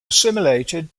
assimilated